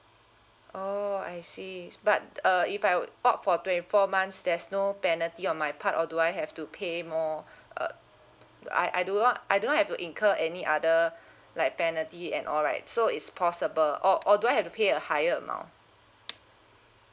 oh I see but uh if I would opt for twenty four months there's no penalty on my part or do I have to pay more uh I I do not I do not have to incur any other like penalty and all right so it's possible or or do I have to pay a higher amount